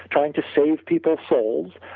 trying to save people's souls,